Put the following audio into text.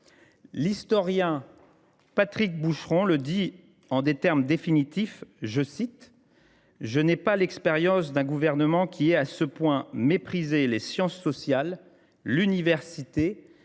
L’historien Patrick Boucheron le dit en des termes définitifs :« Je n’ai pas l’expérience d’un gouvernement qui ait à ce point méprisé les sciences sociales, l’université,